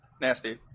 Nasty